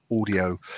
audio